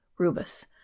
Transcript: Rubus